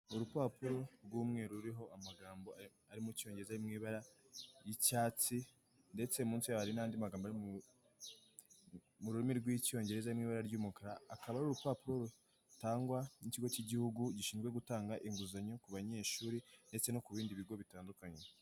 Urupapuro rw'umweru ruriho amagambo ari mu cyongereza ari mu ibara ry'icyatsi ndetse munsi yaho hari n'andi magambo ari mu rurimi rw'icyongereza ari mu ibara ry'umukara, akaba ari urupapuro rutangwa n'ikigo cy'igihugu gishinzwe gutanga inguzanyo ku banyeshuri ndetse no ku bindi bigo bitandukanye.